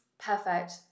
perfect